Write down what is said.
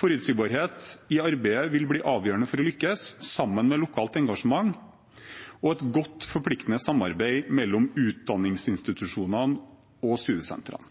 Forutsigbarhet i arbeidet vil bli avgjørende for å lykkes, sammen med lokalt engasjement og et godt, forpliktende samarbeid mellom utdanningsinstitusjonene og studiesentrene.